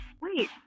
Wait